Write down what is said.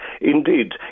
Indeed